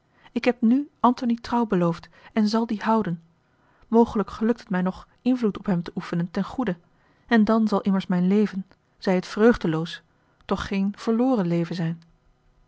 ik heb nu antony trouw beloofd en zal die houden mogelijk gelukt het mij nog invloed op hem te oefenen ten goede en dan zal immers mijn leven zij het vreugdeloos toch geen verloren leven zijn